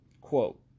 quote